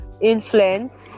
influence